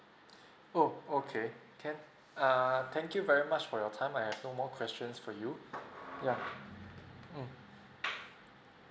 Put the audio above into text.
oh okay can err thank you very much for your time I have no more questions for you yeah mm